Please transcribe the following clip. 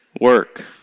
work